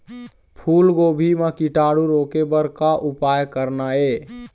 फूलगोभी म कीटाणु रोके बर का उपाय करना ये?